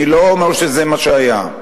אני לא אומר שזה מה שהיה.